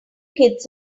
kids